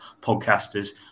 podcasters